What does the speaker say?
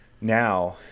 now